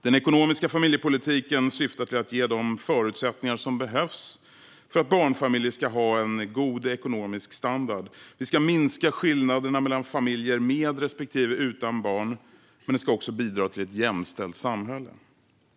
Den ekonomiska familjepolitiken syftar till att ge de förutsättningar som behövs för att barnfamiljer ska ha en god ekonomisk standard. Den ska minska skillnaderna mellan familjer med respektive utan barn, men den ska också bidra till ett jämställt samhälle.